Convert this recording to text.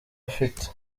afite